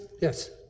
Yes